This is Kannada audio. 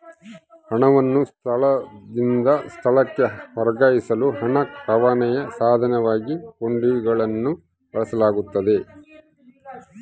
ಹಣವನ್ನು ಸ್ಥಳದಿಂದ ಸ್ಥಳಕ್ಕೆ ವರ್ಗಾಯಿಸಲು ಹಣ ರವಾನೆಯ ಸಾಧನವಾಗಿ ಹುಂಡಿಗಳನ್ನು ಬಳಸಲಾಗ್ತತೆ